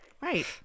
right